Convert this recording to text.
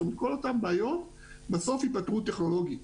וכל אותן בעיות בסוף ייפתרו טכנולוגית.